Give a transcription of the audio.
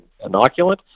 inoculant